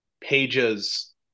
Pages